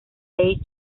page